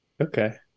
Okay